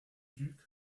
duc